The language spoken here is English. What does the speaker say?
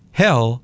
hell